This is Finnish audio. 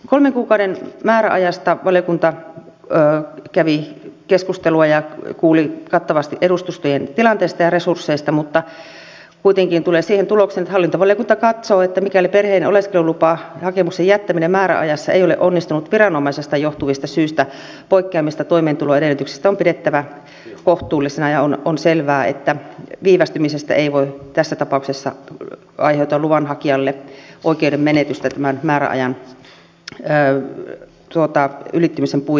kolmen kuukauden määräajasta valiokunta kävi keskustelua ja kuuli kattavasti edustustojen tilanteesta ja resursseista mutta hallintovaliokunta tulee kuitenkin siihen tulokseen että se katsoo että mikäli perheen oleskelulupahakemuksen jättäminen määräajassa ei ole onnistunut viranomaisesta johtuvista syistä poikkeamista toimeentuloedellytyksistä on pidettävä kohtuullisena ja on selvää että viivästymisestä ei voi tässä tapauksessa aiheutua luvanhakijalle oikeuden menetystä tämän määräajan ylittymisen puitteissa